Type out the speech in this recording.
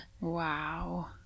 Wow